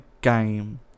game